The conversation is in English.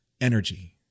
energy